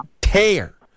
tear